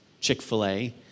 Chick-fil-A